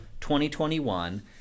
2021